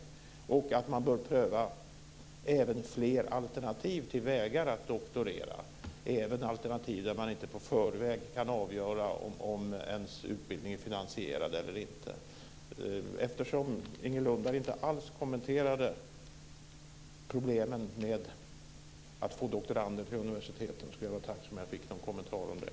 Anser ni att man också bör pröva fler alternativa vägar att doktorera, även alternativ där man i förväg inte kan avgöra om ens utbildning är finansierad eller inte? Eftersom Inger Lundberg inte alls kommenterade problemet med att få doktorander till universiteten skulle jag vara tacksam om jag fick någon kommentar om det.